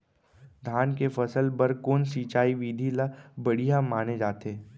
धान के फसल बर कोन सिंचाई विधि ला बढ़िया माने जाथे?